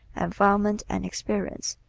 environment and experience,